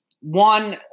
One –